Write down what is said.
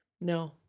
no